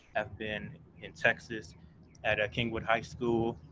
i've been in texas at kingwood high school,